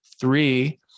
Three